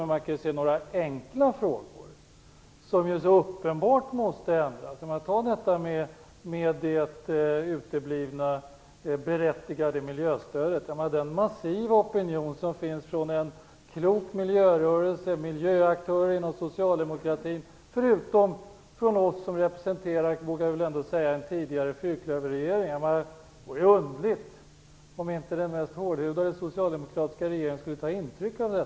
Men det finns några enkla saker som uppenbart måste ändras. Låt mig peka på uteblivandet av det berättigade miljöstödet. Det finns en massiv opinion bestående av en klok miljörörelse, miljöaktörerna inom socialdemokratin och oss som representerar den tidigare fyrklöverregeringen. Det vore underligt om inte den mest hårdhudade socialdemokratiska regering skulle ta intryck av den.